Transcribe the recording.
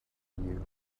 you